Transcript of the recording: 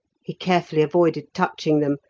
he carefully avoided touching them,